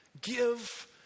give